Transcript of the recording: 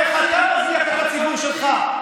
איך אתה מזניח את הציבור שלך?